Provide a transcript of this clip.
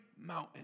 mountain